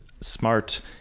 smart